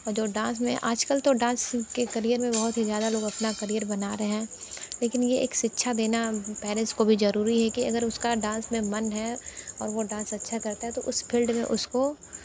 और जो डांस में आजकल तो डांस के करियर में बहुत ही ज़्यादा लोग अपना करियर बना रहे है लेकिन ये एक शिक्षा देना पेरेंट्स को भी जरुरी है कि अगर उसका डांस में मन है और वो डांस अच्छा करता है तो उस फील्ड में उसको